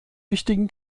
wichtigen